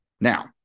Now